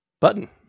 Button